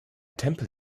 temple